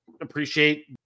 appreciate